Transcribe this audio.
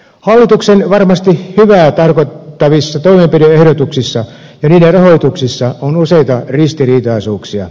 hallituksen varmasti hyvää tarkoittavissa toimenpide ehdotuksissa ja niiden rahoituksessa on useita ristiriitaisuuksia